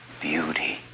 beauty